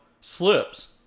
slips